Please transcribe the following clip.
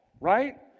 right